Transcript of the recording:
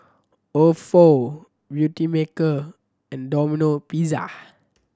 Ofo Beautymaker and Domino Pizza